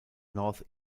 north